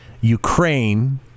Ukraine